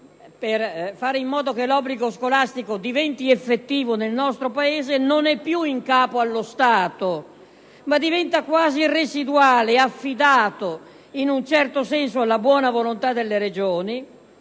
di fare in modo che l'obbligo scolastico diventi effettivo nel nostro Paese non è più in capo allo Stato ma diventa quasi residuale ed affidato in un certo senso alla buona volontà delle Regioni;